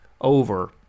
over